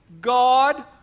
God